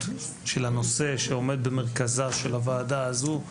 של הנושא שעומד במרכזה של הוועדה הזו.